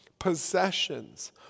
possessions